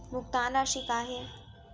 भुगतान राशि का हे?